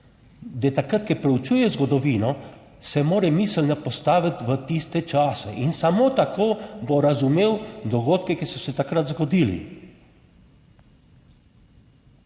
da takrat, ko preučuje zgodovino, se mora miselno postaviti v tiste čase in samo tako bo razumel dogodke, ki so se takrat zgodili.